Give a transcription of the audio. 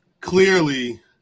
Clearly